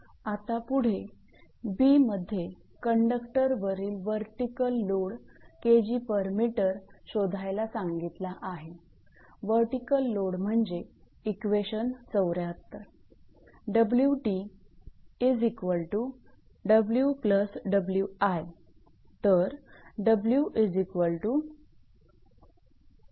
आता पुढे b मध्ये कंडक्टरवरील वर्टीकल लोड 𝐾𝑔𝑚 शोधायला सांगितला आहे